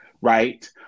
right